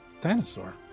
dinosaur